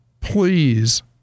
please